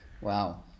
Wow